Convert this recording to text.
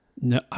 No